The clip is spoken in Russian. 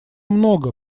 много